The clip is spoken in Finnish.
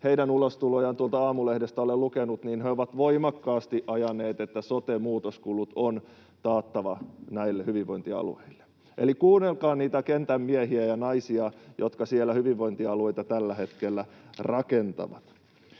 — ulostuloja tuolta Aamulehdestä olen lukenut, niin he ovat voimakkaasti ajaneet sitä, että sote-muutoskulut on taattava hyvinvointialueille. Eli kuunnelkaa niitä kentän miehiä ja naisia, jotka siellä hyvinvointialueita tällä hetkellä rakentavat.